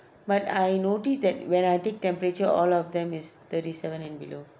but I noticed that when I take temperature all of them is thirty seven and below